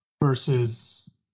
versus